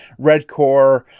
Redcore